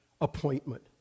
appointment